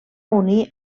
unir